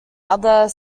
other